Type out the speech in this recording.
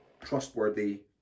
trustworthy